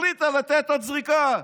החליטה לתת עוד זריקה.